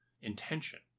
intention